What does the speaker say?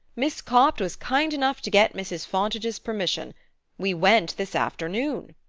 miss copt was kind enough to get mrs. fontage's permission we went this afternoon.